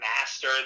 master